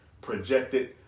projected